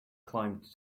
climbed